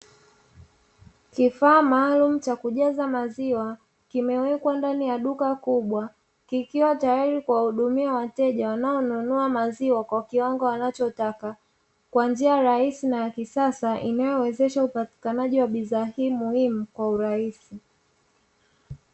Kifaa maalumu cha kujaza maziwa, kimewekwa ndani ya duka kubwa, kikiwa tayari kwa kuwahudumia wateja, wanaonunua maziwa kwa kiwango wanachokitaka, kwa njia rahisi na ya kisasa inayowawezesha upatikanaji wa bidhaa hii muhimu kwa urahisi.